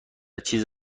چیز